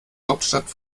hauptstadt